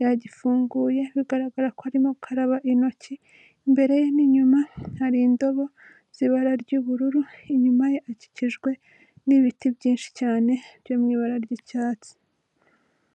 yagifunguye bigaragara ko arimo gukaraba intoki, imbere ye n'inyuma hari indobo zibara ry'ubururu, inyuma ye akikijwe n'ibiti byinshi cyane byo mu ibara ry'icyatsi.